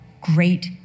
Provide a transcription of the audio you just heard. great